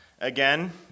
again